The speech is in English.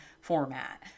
format